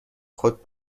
خود